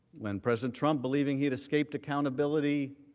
when president trump believing he escaped accountability